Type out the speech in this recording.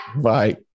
Bye